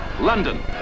London